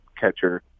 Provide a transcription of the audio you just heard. catcher